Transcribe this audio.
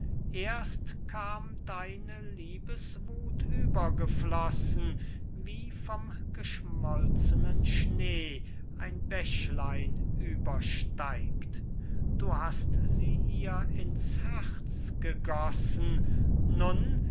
erst kam deine liebeswuth übergeflossen wie vom geschmolznen schnee ein bächlein übersteigt du hast sie ihr in's herz gegossen nun